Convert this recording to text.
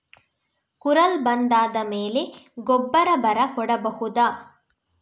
ಕುರಲ್ ಬಂದಾದ ಮೇಲೆ ಗೊಬ್ಬರ ಬರ ಕೊಡಬಹುದ?